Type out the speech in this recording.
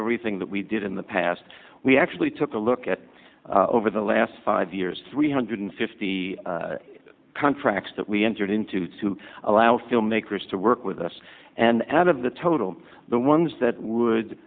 everything that we did in the past we actually took a look at over the last five years three hundred fifty contracts that we entered into to allow filmmakers to work with us and out of the total the ones that would